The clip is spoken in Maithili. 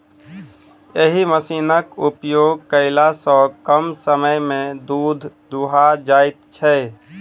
एहि मशीनक उपयोग कयला सॅ कम समय मे दूध दूहा जाइत छै